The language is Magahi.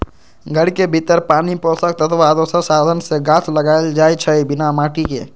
घर के भीतर पानी पोषक तत्व आ दोसर साधन से गाछ लगाएल जाइ छइ बिना माटिके